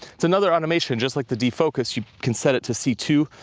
it's another automation just like the defocus. you can set it to c two,